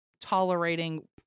tolerating